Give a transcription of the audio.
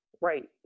Right